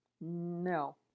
No